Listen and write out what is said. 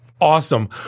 Awesome